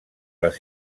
les